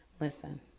listen